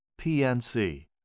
PNC